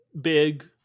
big